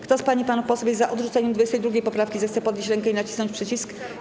Kto z pań i panów posłów jest za odrzuceniem 22. poprawki, zechce podnieść rękę i nacisnąć przycisk.